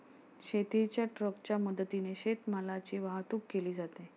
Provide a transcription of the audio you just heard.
शेतीच्या ट्रकच्या मदतीने शेतीमालाची वाहतूक केली जाते